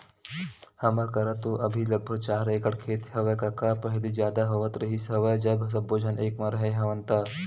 हमर करा तो अभी लगभग चार एकड़ खेत हेवय कका पहिली जादा होवत रिहिस हवय जब सब्बो झन एक म रेहे हवन ता